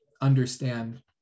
understand